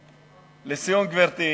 לסיום, גברתי,